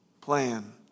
plan